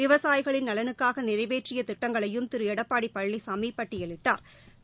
விவசாயிகளின் நலனுக்காக நிறைவேற்றிய திட்டங்களையும் திரு எடப்பாடி பழனிசமி பட்டியலிட்டாள்